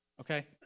okay